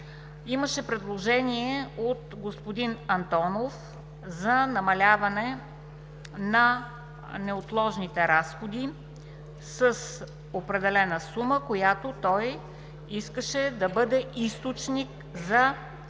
имаше предложение от господин Антонов за намаляване на неотложните разходи с определена сума, която той искаше да бъде източник за финансиране